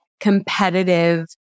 competitive